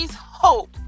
hope